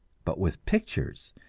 but with pictures,